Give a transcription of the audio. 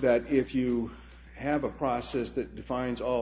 that if you have a process that defines all